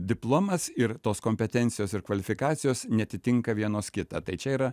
diplomas ir tos kompetencijos ir kvalifikacijos neatitinka vienos kitą tai čia yra